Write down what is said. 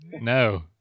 No